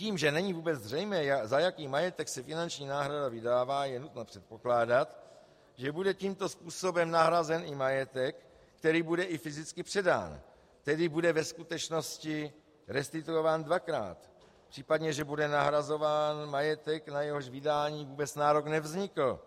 Tím, že není vůbec zřejmé, za jaký majetek se finanční náhrada vydává, je nutno předpokládat, že bude tímto způsobem nahrazen i majetek, který bude i fyzicky předán, tedy bude ve skutečnosti restituován dvakrát, případně že bude nahrazován majetek, na jehož vydání vůbec nárok nevznikl.